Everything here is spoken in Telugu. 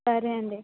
సరే అండి